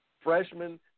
freshmen